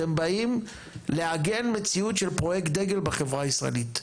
אתם באים לעגן מציאות של פרויקט דגל בחברה הישראלית,